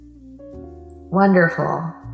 Wonderful